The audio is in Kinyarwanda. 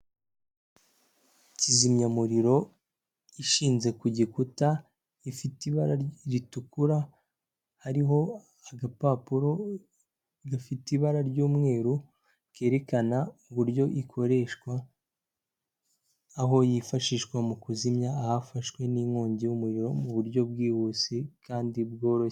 Kizimyamuriro ishinze ku gikuta ifite ibara ritukura, hariho agapapuro gafite ibara ry'umweru, kerekana uburyo ikoreshwa, aho yifashishwa mu kuzimya ahafashwe n'inkongi y'umuriro mu buryo bwihuse kandi bworoshye.